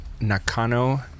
Nakano